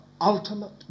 ultimate